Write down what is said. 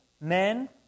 men